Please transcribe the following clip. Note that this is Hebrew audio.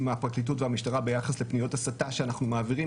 מהפרקליטות והמשטרה ביחס לפניות הסתה שאנחנו מעבירים,